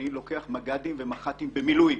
אני לוקח מג"דים ומח"טים במילואים